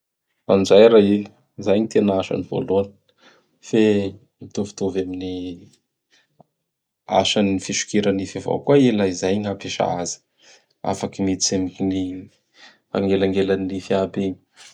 Anjaira i, izay gn'asany voalohany. Fe mitovitovy amin'ny a a-asan'ny fisokira nify avao koa i laha izay gn'ampiasa azy. Afaky miditsy amin'ny agnelagnelan nify aby igny.